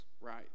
right